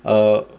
err